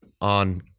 on